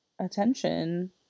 attention